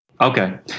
Okay